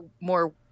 more